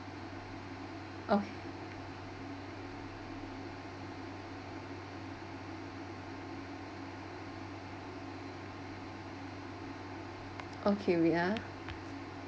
o~ okay wait ah